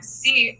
see